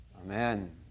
Amen